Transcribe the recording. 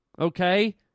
Okay